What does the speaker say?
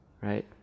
Right